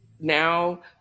now